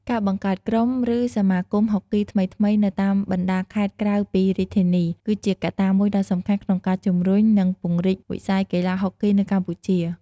ការបង្កើតក្រុម ឬសមាគមហុកគីថ្មីៗនៅតាមបណ្ដាខេត្តក្រៅពីរាជធានី គឺជាកត្តាមួយដ៏សំខាន់ក្នុងការជំរុញ និងពង្រីកវិស័យកីឡាហុកគីនៅកម្ពុជា។